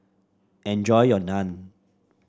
enjoy your Naan